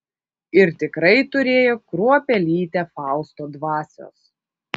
ir tikrai turėjo kruopelytę fausto dvasios